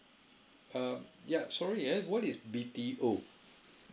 um yup sorry ah what is B_T_O